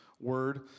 word